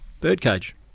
Birdcage